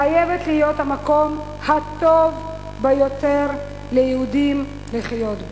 חייבת להיות המקום הטוב ביותר ליהודים לחיות בו.